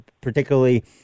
particularly